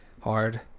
hard